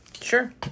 Sure